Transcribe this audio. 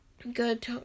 good